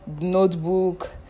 Notebook